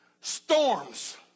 storms